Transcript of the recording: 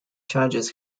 charges